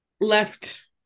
left